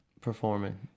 performing